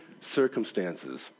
circumstances